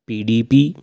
P D P